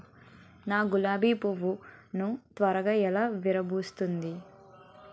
నా గులాబి పువ్వు ను త్వరగా ఎలా విరభుస్తుంది?